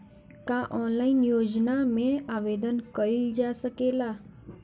का ऑनलाइन योजना में आवेदन कईल जा सकेला?